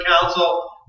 council